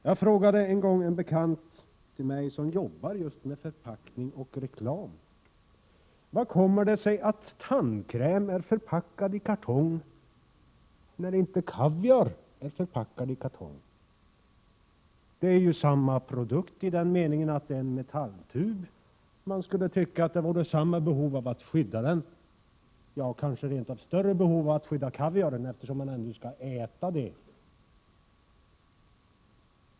Jag frågade en gång en bekant till mig som jobbar just med förpackning och reklam vad det kommer sig att tandkräm är förpackad i kartong när kaviar inte är det. Det är ju samma produkter i den meningen att det är en metalltub, och man skulle tycka att det vore samma behov av att skydda dem —- ja, kanske rent av större behov att skydda kaviar, eftersom den skall ätas.